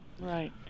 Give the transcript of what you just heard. Right